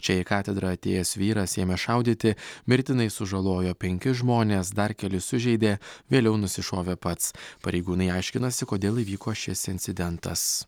čia į katedrą atėjęs vyras ėmė šaudyti mirtinai sužalojo penkis žmones dar kelis sužeidė vėliau nusišovė pats pareigūnai aiškinasi kodėl įvyko šis incidentas